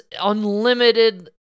unlimited